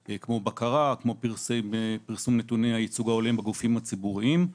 בקרה, פרסום נתוני הייצוג ההולם בגופים הציבוריים.